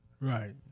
Right